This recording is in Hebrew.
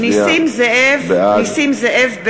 (קוראת בשמות חברי הכנסת) נסים זאב,